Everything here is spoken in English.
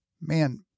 man